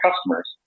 customers